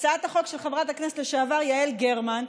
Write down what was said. הצעת החוק של חברת הכנסת לשעבר יעל גרמן,